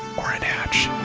orrin hatch